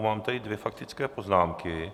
Mám tady dvě faktické poznámky.